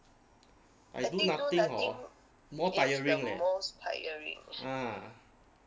I do nothing hor more tiring eh ah